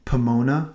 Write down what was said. Pomona